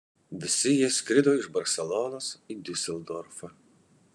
visi jie skrido iš barselonos į diuseldorfą